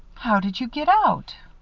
how did you get out?